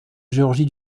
géorgie